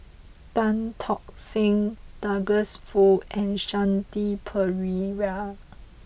Tan Tock Seng Douglas Foo and Shanti Pereira